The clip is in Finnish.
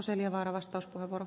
arvoisa puhemies